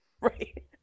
Right